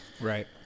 Right